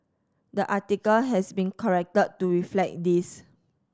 the article has been corrected to reflect this